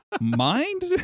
mind